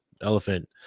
elephant